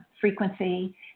frequency